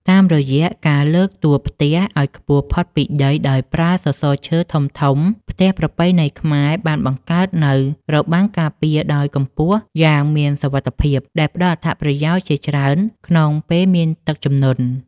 តាមរយៈការលើកតួផ្ទះឱ្យខ្ពស់ផុតពីដីដោយប្រើសសរឈើធំៗ ផ្ទះប្រពៃណីខ្មែរបានបង្កើតនូវរបាំងការពារដោយកម្ពស់យ៉ាងមានសុវត្ថិភាព ដែលផ្តល់អត្ថប្រយោជន៍ជាច្រើនក្នុងពេលមានទឹកជំនន់។